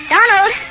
Donald